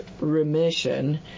remission